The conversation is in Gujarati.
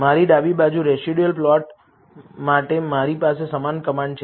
મારી ડાબી બાજુ રેસિડયુઅલ પ્લોટ માટે મારી પાસે સમાન કમાન્ડ છે